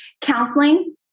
Counseling